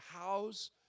house